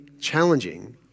challenging